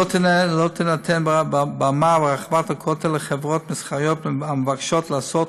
1. לא תינתן במה ברחבת הכותל לחברות מסחריות המבקשות לעשות